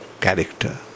character